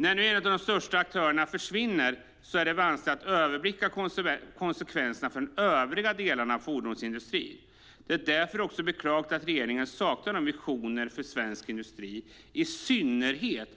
När nu en av de största aktörerna försvinner är det vanskligt att överblicka konsekvenserna för övriga delar av fordonsindustrin. Det är därför beklagligt att regeringen saknar visioner för svensk industri, i synnerhet